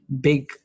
big